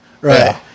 Right